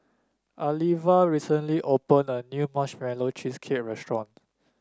Alivia recently opened a new Marshmallow Cheesecake restaurant